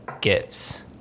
gifts